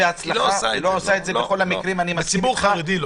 לא לציבור החרדי.